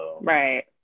Right